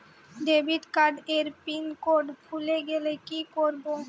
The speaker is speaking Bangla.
ডেবিটকার্ড এর পিন কোড ভুলে গেলে কি করব?